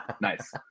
Nice